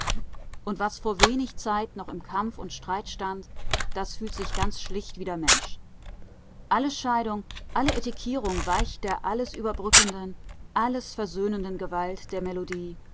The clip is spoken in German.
und was vor wenig zeit noch im kampf und streit stand das fühlt sich ganz schlicht wieder mensch alle scheidung alle etikettierung weicht der alles überbrückenden alles versöhnenden gewalt der melodie